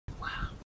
Wow